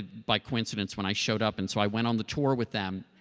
by coincidence when i showed up and so i went on the tour with them